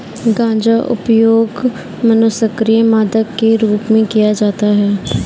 गांजा उपयोग मनोसक्रिय मादक के रूप में किया जाता है